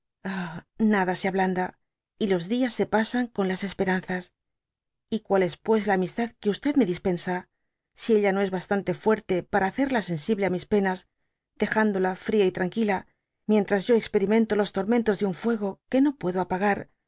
nada se ablanda y los días se pasan con las esperanzas y cual es pues la amistad que me dispensa si ella no es bastante fuerte para hacerla sensible á mis penas dejándola fría y tranquila mientras yo experimento los tormentos de un fifego que norpuedo apagar